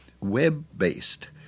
web-based